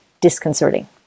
disconcerting